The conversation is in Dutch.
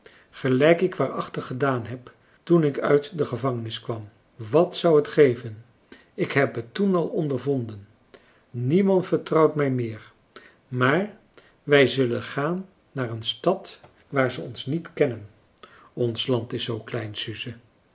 gelijk ik waarachtig gedaan heb toen ik uit de gevangenis kwam wat zou het geven ik heb het toen al ondervonden niemand vertrouwt mij meer maar wij zullen gaan naar een stad waar ze ons niet kennen ons land is zoo klein